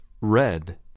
red